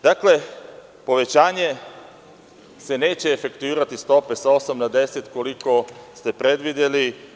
Dakle, povećanje se neće efektuirati stope sa 8% na 10% koliko ste predvideli.